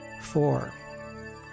Four